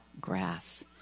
grass